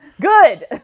good